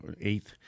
Eighth